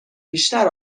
بیشتر